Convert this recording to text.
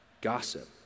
Gossip